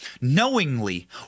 knowingly